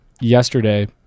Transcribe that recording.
yesterday